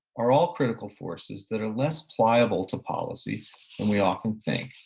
are all critical forces that are less pliable to policy then we often think.